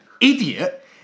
idiot